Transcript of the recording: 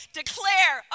declare